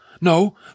No